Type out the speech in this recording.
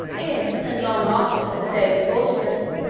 in, and long after, the days of vortigern,